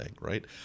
right